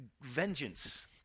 vengeance